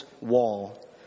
wall